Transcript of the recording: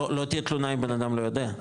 לא תהיה תלונה, אם בנאדם לא יודע.